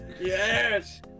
yes